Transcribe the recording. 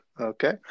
Okay